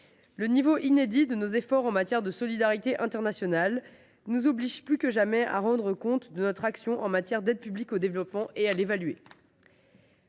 le niveau inédit de nos efforts en matière de solidarité internationale nous oblige, plus que jamais, à rendre compte de notre action en matière d’aide publique au développement et à l’évaluer.